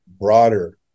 broader